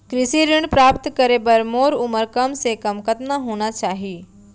कृषि ऋण प्राप्त करे बर मोर उमर कम से कम कतका होना चाहि?